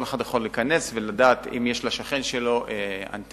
כל אחד יכול להיכנס ולדעת אם יש לשכן שלו אנטנה,